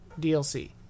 DLC